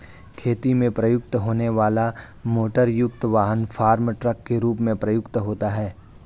खेती में प्रयुक्त होने वाला मोटरयुक्त वाहन फार्म ट्रक के रूप में प्रयुक्त होता है